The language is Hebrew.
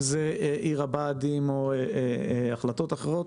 אם זה עיר הבה"דים או החלטות אחרות,